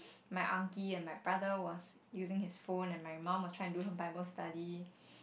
my uncle and my brother was using his phone and my mum was trying to do her Bible studies